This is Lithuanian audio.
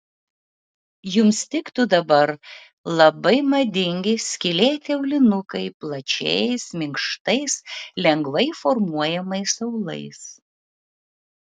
jums tiktų dabar labai madingi skylėti aulinukai plačiais minkštais lengvai formuojamais aulais